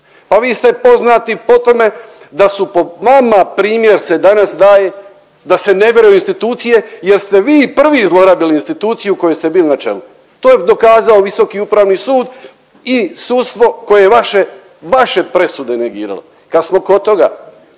Pa vi ste poznati po tome da su po vama primjerce danas daj da se ne vjeruje u institucije jer ste vi prvi zlorabili instituciju u kojoj ste bili na čelu. To je dokazao Visoki upravni sud i sudstvo koje je vaše, vaše presude negiralo. Kad smo kod toga